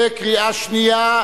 בקריאה שנייה,